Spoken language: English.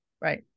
Right